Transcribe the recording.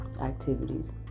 activities